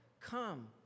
come